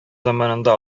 заманында